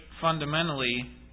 fundamentally